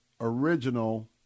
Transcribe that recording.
original